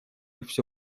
все